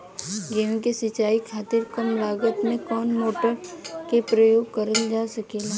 गेहूँ के सिचाई खातीर कम लागत मे कवन मोटर के प्रयोग करल जा सकेला?